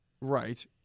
Right